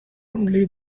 only